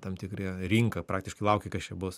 tam tikri rinka praktiškai laukė kas čia bus